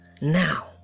now